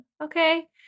Okay